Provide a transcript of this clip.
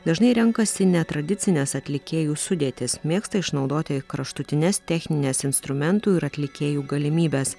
dažnai renkasi netradicines atlikėjų sudėtis mėgsta išnaudoti kraštutines technines instrumentų ir atlikėjų galimybes